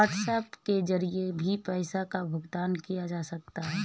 WhatsApp के जरिए भी पैसों का भुगतान किया जा सकता है